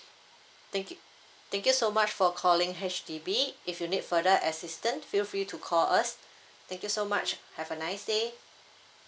thank you thank you so much for calling H_D_B if you need further assistance feel free to call us thank you so much have a nice day